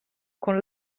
con